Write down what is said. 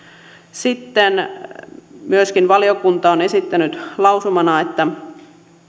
sitten myöskin valiokunta on esittänyt lausumana että